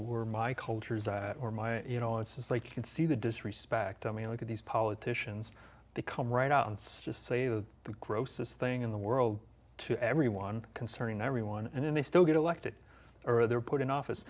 were my cultures or my you know it's like you can see the disrespect i mean look at these politicians they come right out and says say the grossest thing in the world to everyone concerning everyone and then they still get elected or they're put in office